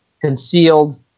concealed